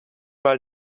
mal